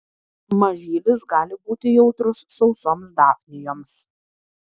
mažylis gali būti jautrus sausoms dafnijoms